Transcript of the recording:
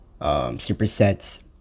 Supersets